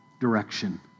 direction